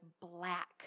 black